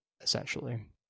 essentially